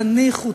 תניחו,